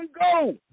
go